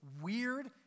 weird